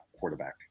quarterback